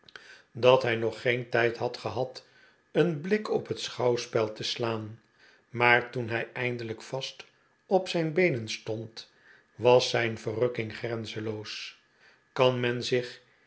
dat hij nog geen tijd had gehad een blik op het schouwspel te slaan maar toen hij eindelijk vast op zijn beenen stond was zijn verrukking grenzenloos kan men zich